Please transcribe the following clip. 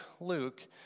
Luke